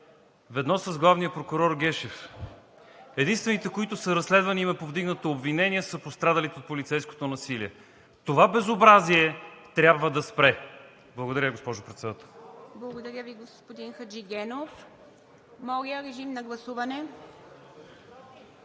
ведно с главния прокурор Гешев. Единствените, които са разследвани и им е повдигнато обвинение, са пострадалите от полицейското насилие. Това безобразие трябва да спре! Благодаря, госпожо Председател. ПРЕДСЕДАТЕЛ ИВА МИТЕВА: Благодаря Ви, господин Хаджигенов. Моля, режим на гласуване.